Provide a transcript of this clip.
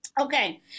Okay